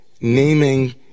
naming